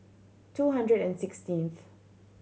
two hundred and sixteenth